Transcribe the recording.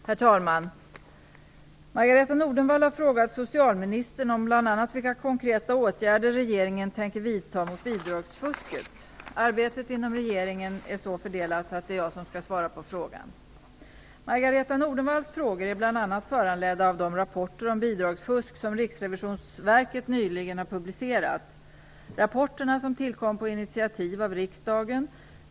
Herr talman! Margareta E Nordenvall har frågat socialministern bl.a. vilka konkreta åtgärder regeringen tänker vidta mot bidragsfusket. Arbetet inom regeringen är så fördelat att det är jag som skall svara på frågan. Margareta E Nordenvalls frågor är bl.a. föranledda av de rapporter om bidragsfusk som Riksrevisionsverket nyligen har publicerat. Rapporterna, som tillkom på initiativ av riksdagen (bet.